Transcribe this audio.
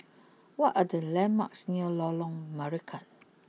what are the landmarks near Lorong Marican